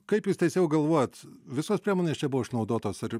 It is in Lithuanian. kaip jis teisiau galvojat visos priemonės čia buvo išnaudotos ar